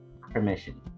permission